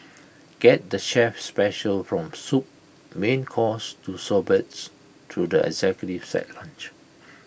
get the chef's specials from soup main course to sorbets through the executive set lunch